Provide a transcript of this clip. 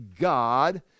God